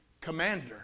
commander